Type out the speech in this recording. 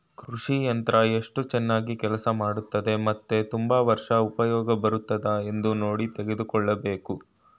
ಕೃಷಿ ಯಂತ್ರ ಎಸ್ಟು ಚನಾಗ್ ಕೆಲ್ಸ ಮಾಡ್ತದೆ ಮತ್ತೆ ತುಂಬಾ ವರ್ಷ ಉಪ್ಯೋಗ ಬರ್ತದ ಅಂತ ನೋಡಿ ತಗೋಬೇಕು